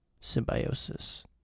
symbiosis